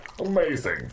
Amazing